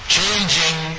Changing